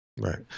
Right